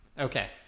Okay